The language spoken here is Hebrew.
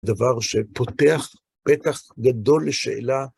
דבר שפותח פתח גדול לשאלה.